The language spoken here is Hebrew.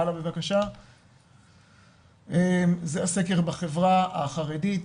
הלאה זה סקר בחברה החרדית,